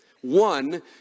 One